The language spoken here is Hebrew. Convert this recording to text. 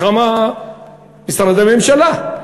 בכמה משרדי ממשלה?